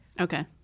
Okay